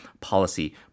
policy